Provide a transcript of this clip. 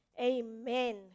Amen